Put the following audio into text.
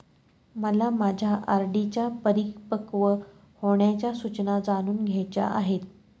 मला माझ्या आर.डी च्या परिपक्व होण्याच्या सूचना जाणून घ्यायच्या आहेत